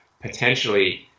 potentially